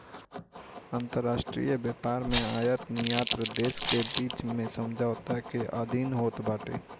अंतरराष्ट्रीय व्यापार में आयत निर्यात देस के बीच में समझौता के अधीन होत बाटे